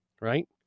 right